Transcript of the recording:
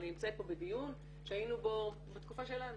אני נמצאת פה בדיון שהיינו בו בתקופה שלנו.